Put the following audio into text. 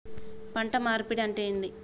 పంట మార్పిడి అంటే ఏంది?